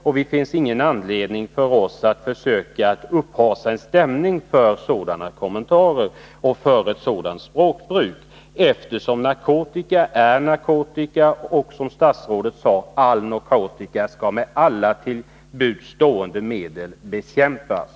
Det finns ingen anledning för oss att försöka haussa upp en stämning för en sådan gradering och för ett sådant språkbruk, eftersom narkotika är narkotika och, som statsrådet sade, all narkotika skall med alla till buds stående medel bekämpas.